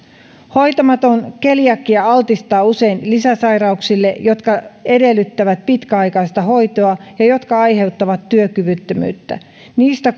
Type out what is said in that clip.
hoitamaton keliakia altistaa usein lisäsairauksille jotka edellyttävät pitkäaikaista hoitoa ja jotka aiheuttavat työkyvyttömyyttä niistä